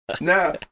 Now